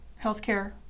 healthcare